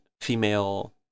female